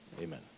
amen